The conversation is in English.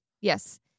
Yes